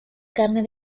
carne